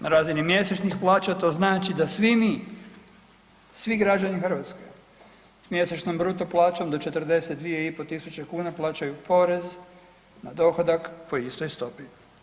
Na razini mjesečnih plaća to znači da svi mi, svi građani Hrvatske s mjesečnom bruto plaćom do 42.500 kuna plaćaju porez na dohodak po istoj stopi.